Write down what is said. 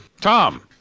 Tom